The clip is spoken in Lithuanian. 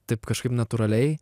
taip kažkaip natūraliai